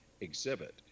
exhibit